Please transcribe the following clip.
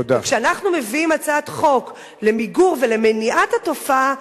וכשאנחנו מביאים הצעת חוק למיגור ומניעת התופעה,